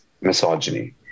misogyny